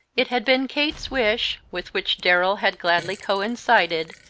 it had been kate's wish, with which darrell had gladly coincided,